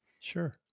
sure